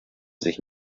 sich